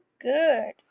good